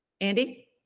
Andy